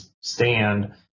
stand